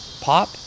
pop